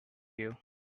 you